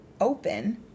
open